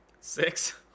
Six